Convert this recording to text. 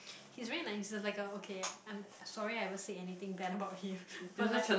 he's very nice uh he's like oh okay I'm sorry I won't say anything bad about him but like